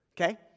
okay